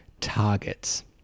targets